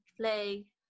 play